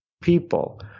people